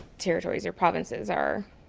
territories or provinces are